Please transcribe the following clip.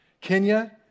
Kenya